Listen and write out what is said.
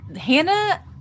Hannah